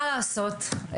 מה לעשות.